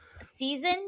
season